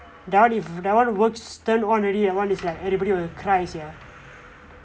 that one if that one works turn on already that one is like everybody want to cry sia